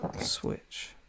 Switch